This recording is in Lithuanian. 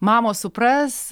mamos supras